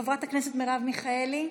חברת הכנסת מרב מיכאלי,